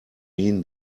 mean